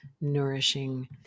nourishing